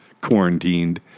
quarantined